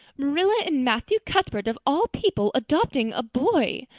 marilla and matthew cuthbert of all people adopting a boy!